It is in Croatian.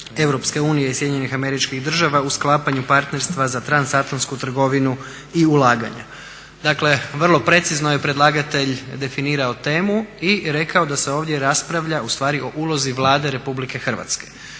u postupku pregovora EU i SAD-a u sklapanju partnerstva za trans atlantsku trgovinu i ulaganja. Dakle, vrlo precizno je predlagatelj definirao temu i rekao da se ovdje raspravlja u stvari o ulozi Vlade RH. Mi smo